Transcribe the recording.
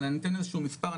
אבל אני אתן איזשהו מספר,